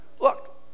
Look